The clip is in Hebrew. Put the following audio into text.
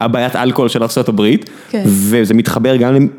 הבעיית אלכוהול של ארה״ב וזה מתחבר גם